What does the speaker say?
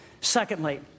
Secondly